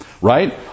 right